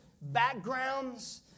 backgrounds